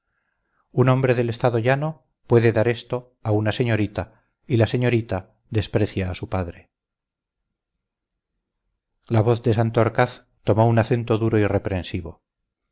un hombre del estado llanono puede dar esto a una señorita y la señorita desprecia a su padre la voz de santorcaz tomó un acento duro y reprensivo